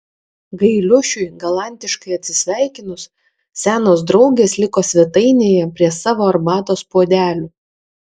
gailiušiui galantiškai atsisveikinus senos draugės liko svetainėje prie savo arbatos puodelių